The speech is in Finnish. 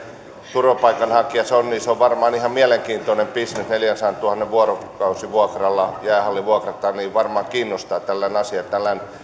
turvapaikanhakija se on niin se on varmaan ihan mielenkiintoinen bisnes jos neljänsadantuhannen vuorokausivuokralla jäähalli vuokrataan niin varmaan kiinnostaa tällainen asia tällainen